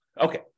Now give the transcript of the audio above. Okay